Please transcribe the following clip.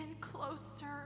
closer